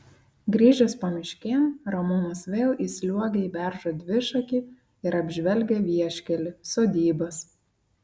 grįžęs pamiškėn ramūnas vėl įsliuogia į beržo dvišakį ir apžvelgia vieškelį sodybas